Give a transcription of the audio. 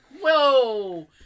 Whoa